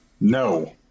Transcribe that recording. No